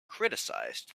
criticized